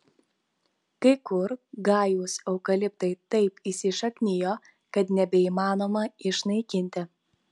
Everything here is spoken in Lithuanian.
kai kur gajūs eukaliptai taip įsišaknijo kad nebeįmanoma išnaikinti